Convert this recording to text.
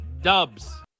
dubs